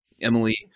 Emily